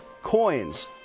coins